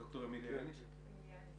ד"ר אמיליה אניס איתנו?